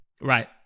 Right